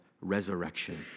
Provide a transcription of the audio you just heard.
resurrection